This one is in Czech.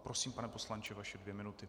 Prosím, pane poslanče, vaše dvě minuty.